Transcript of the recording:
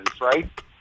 right